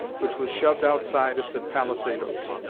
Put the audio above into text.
which was shoved outside of the palisadoes.